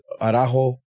Arajo